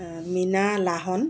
Meena Lahon